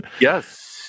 Yes